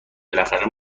بالاخره